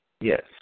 Yes